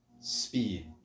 Speed